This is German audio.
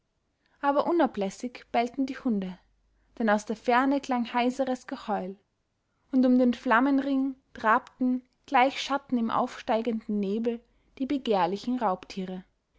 aber unablässig bellten die hunde denn aus der ferne klang heiseres geheul und um den flammenring trabten gleich schatten im aufsteigenden nebel die begehrlichen raubtiere